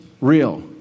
real